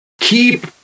keep